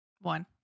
One